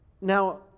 Now